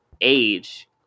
age